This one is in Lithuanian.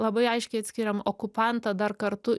labai aiškiai atskiriam okupantą dar kartu